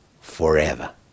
forever